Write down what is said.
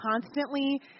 constantly –